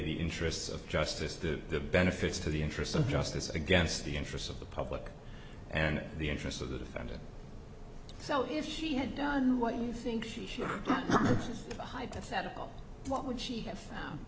the interests of justice to the benefits to the interests of justice against the interests of the public and the interests of the defendant so if she had done what you think she should have a hypothetical what would she ha